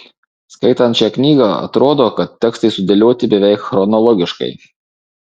skaitant šią knygą atrodo kad tekstai sudėlioti beveik chronologiškai